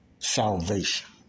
Salvation